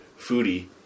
foodie